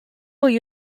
will